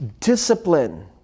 discipline